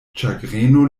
ĉagreno